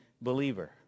believer